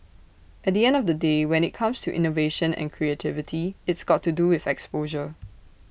at the end of the day when IT comes to innovation and creativity it's got to do with exposure